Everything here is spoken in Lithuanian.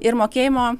ir mokėjimo